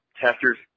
testers